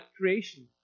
creation